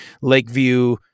Lakeview